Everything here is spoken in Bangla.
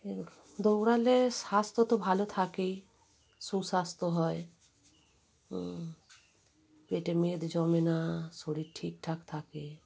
দৌড়ালে স্বাস্থ্য তো ভালো থাকে সুস্বাস্থ্য হয় হুম পেটে মেদ জমে না শরীর ঠিকঠাক থাকে